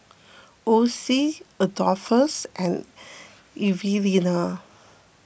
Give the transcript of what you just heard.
Ossie Adolphus and Evelena